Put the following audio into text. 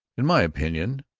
in my opinion,